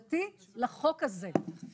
מבחינתי זה עדיפות ראשונה.